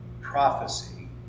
prophecy